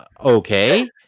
okay